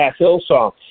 Hillsong